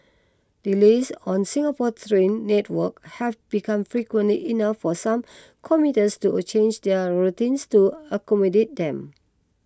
delays on Singapore's train network have become frequently enough for some commuters to change their routines to accommodate them